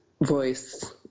voice